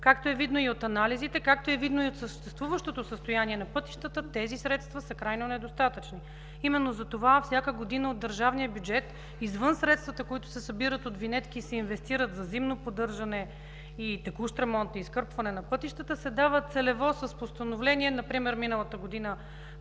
Както е видно и от анализите, както е видно и от съществуващото състояние на пътищата, тези средства са крайно недостатъчни. Именно затова всяка година от държавния бюджет извън средствата, които се събират от винетки и се инвестират за зимно поддържане и текущ ремонт, и изкърпване на пътищата, се дават целево с постановление – например, миналата година,